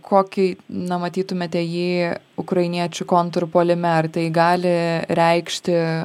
kokį na matytumėte jį ukrainiečių kontrpuolime ar tai gali reikšti